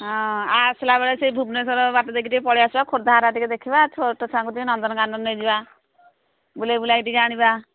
ହଁ ଆସିଲା ସେହି ଭୁବନେଶ୍ୱର ବାଟରେ ଦେଇକି ଟିକେ ପଳାଇ ଆସିବା ଖୋର୍ଦ୍ଧା ହାରା ଟିକେ ଦେଖିବା ଛୋଟ ଛୁଆଙ୍କୁ ଟିକେ ନନ୍ଦନକାନନ ନେଇଯିବା ବୁଲାଇ ବୁଲାଇ ଟିକେ ଆଣିବା